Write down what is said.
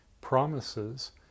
promises